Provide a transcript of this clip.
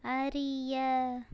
அறிய